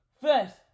First